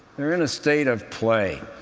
they're in a state of play.